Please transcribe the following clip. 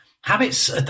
habits